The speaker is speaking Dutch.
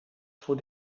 voor